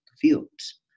fields